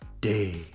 day